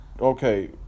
Okay